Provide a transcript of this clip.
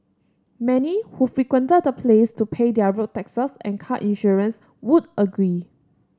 many who frequented the place to pay their road taxes and car insurance would agree